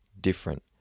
different